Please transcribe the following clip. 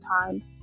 time